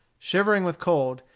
shivering with cold,